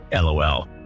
LOL